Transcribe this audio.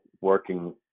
working